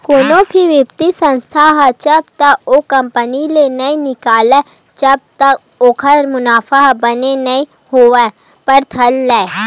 कोनो भी बित्तीय संस्था ह तब तक ओ कंपनी ले नइ निकलय जब तक ओखर मुनाफा ह बने नइ होय बर धर लय